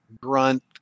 grunt